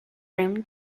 room